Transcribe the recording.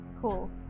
Cool